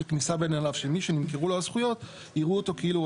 מי שנמכרו לו הזכויות יראו אותו כאילו הוא